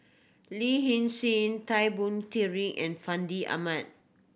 Lin Hsin Hsin Tan Boon Teik and Fandi Ahmad